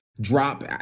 drop